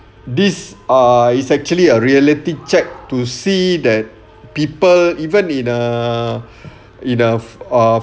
this uh it's actually a reality check to see that people even in a in a of